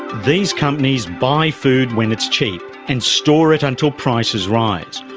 these companies buy food when it's cheap and store it until prices rise,